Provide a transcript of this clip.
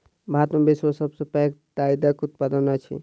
भारत विश्व में सब सॅ पैघ दाइलक उत्पादक अछि